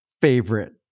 favorite